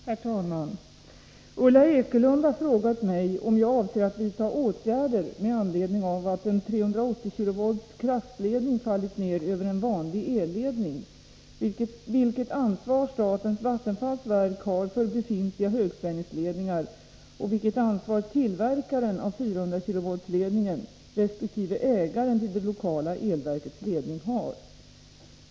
Herr talman! Ulla Ekelund har frågat mig om jag avser att vidta åtgärder med anledning av att en 380 kV kraftledning fallit ner över en vanlig elledning, vilket ansvar statens vattenfallsverk har för befintliga högspänningsledningar och vilket ansvar tillverkaren av 400-kV-ledningen resp. ägaren till det lokala elverkets ledning har.